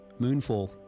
moonfall